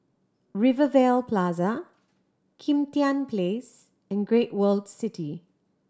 Rivervale Plaza Kim Tian Place and Great World City